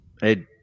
Hey